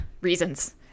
Reasons